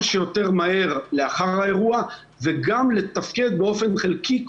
שיותר מהר לאחר האירוע וגם לתפקד באופן חלקי,